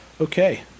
Okay